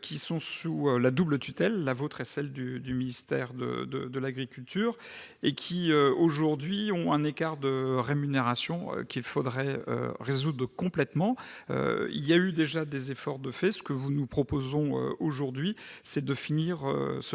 qui sont sous la double tutelle la vôtre et celle du du ministère de de de l'agriculture et qui aujourd'hui ont un écart de rémunération qu'il faudrait résoudre complètement, il y a eu déjà des efforts de fait ce que vous nous proposons aujourd'hui, c'est de finir ce travail